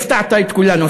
הפתעת את כולנו,